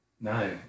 No